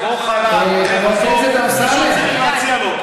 חבר הכנסת אמסלם,